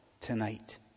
tonight